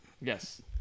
Yes